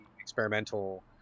experimental